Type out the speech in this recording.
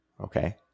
okay